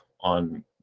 on